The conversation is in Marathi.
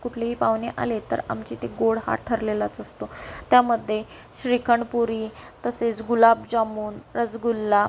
कुठलेही पाहुणे आले तर आमच्या इथे गोड हा ठरलेलाच असतो त्यामध्ये श्रीखंड पुरी तसेच गुलाबजामून रसगुल्ला